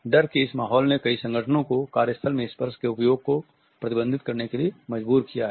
डर के इस माहौल ने कई संगठनों को कार्य स्थल में स्पर्श के उपयोग को प्रतिबंधित करने के लिए मजबूर किया है